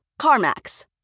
CarMax